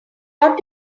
got